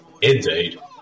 Indeed